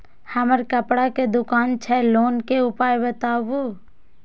हमर कपड़ा के दुकान छै लोन के उपाय बताबू?